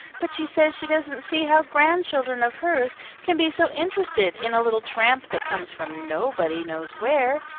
but she says she doesn't see how grandchildren of hers can be so interested in a little tramp that comes from nobody knows where,